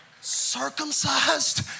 Circumcised